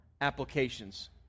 applications